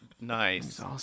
nice